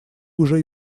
уже